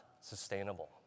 sustainable